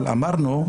אבל אמרנו,